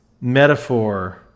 metaphor